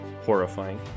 horrifying